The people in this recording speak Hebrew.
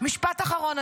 משפט אחרון,